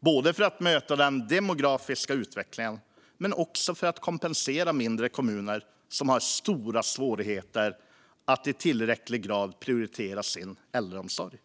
både för att möta den demografiska utvecklingen och för att kompensera mindre kommuner som har stora svårigheter att i tillräcklig grad prioritera sin äldreomsorg.